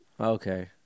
Okay